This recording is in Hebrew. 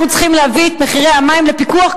אנחנו צריכים להביא את מחירי המים לפיקוח,